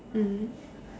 mm